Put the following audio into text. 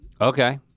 Okay